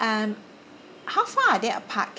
um how far are they apart